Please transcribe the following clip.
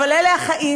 אבל אלה החיים.